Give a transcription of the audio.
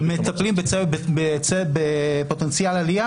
מטפלים בפוטנציאל העלייה.